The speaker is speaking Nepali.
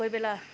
कोहीबेला